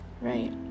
right